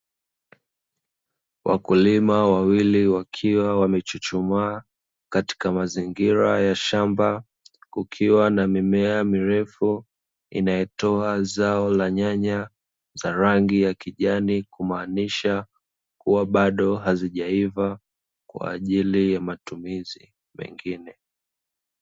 Wakulima wawili wakiwa wamechuchumaa katika mazingira ya shamba, kukiwa na mimea mirefu inayotoa zao la nyanya za rangi ya kijani ,kumaanisha kuwa bado haijaiva kwa ajili ya matumizi mengine.